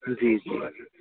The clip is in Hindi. जी जी